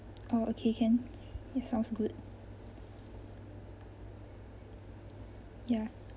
oh okay can it sounds good ya